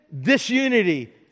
Disunity